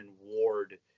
Ward